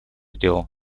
сделал